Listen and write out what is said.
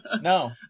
No